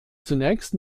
zunächst